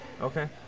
Okay